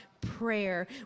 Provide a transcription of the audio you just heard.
prayer